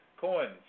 coins